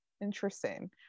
interesting